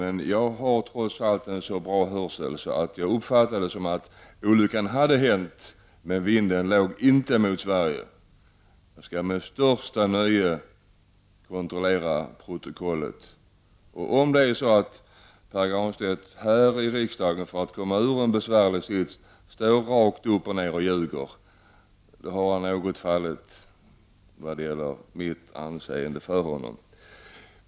Men jag har trots allt en så bra hörsel att jag uppfattade det som att olyckan hade hänt men att vinden inte låg mot Sverige. Jag skall med största nöje kontrollera protokollet. Om Pär Granstedt här i riksdagen för att komma ur en besvärlig sits står och ljuger rakt upp och ned, då har han fallit något i anseende hos mig.